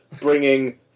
bringing